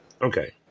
okay